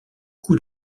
coup